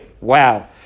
Wow